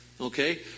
Okay